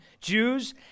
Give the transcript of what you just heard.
Jews